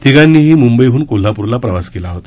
तिघांनीही मुंबईहन कोल्हा रला प्रवास केला होता